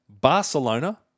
Barcelona